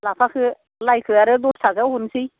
लाफाखो लाइखो आरो दस थाखायाव हरसै